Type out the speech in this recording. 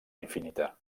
infinita